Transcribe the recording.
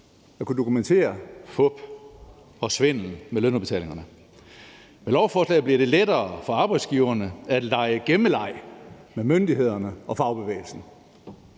at kunne dokumentere fup og svindel med lønudbetalingerne. Med lovforslaget bliver det lettere for arbejdsgiverne at lege gemmeleg med myndighederne og fagbevægelsen.